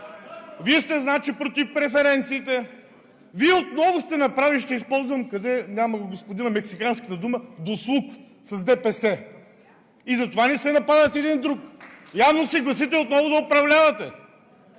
Вие сте значи против преференциите. Вие отново сте направили, ще използвам – къде е, няма го господина – мексиканската дума „достлук“ с ДПС и затова не се нападате един друг. Явно се гласите отново да управлявате